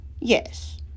Yes